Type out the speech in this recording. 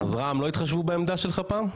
אז רע"ם לא התחשבו בעמדה שלך פעם?